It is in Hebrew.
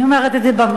אני אומרת את זה במליאה.